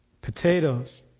potatoes